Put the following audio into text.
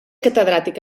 catedràtic